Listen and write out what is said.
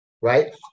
right